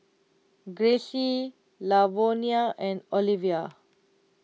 Grayce Lavonia and Olivia